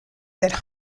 that